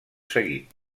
seguit